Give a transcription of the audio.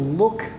look